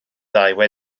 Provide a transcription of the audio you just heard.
celwyddau